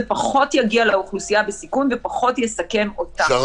פחות יגיע לאוכלוסייה בסיכון ופחות יסכן אותה,